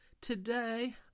Today